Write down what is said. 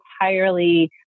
entirely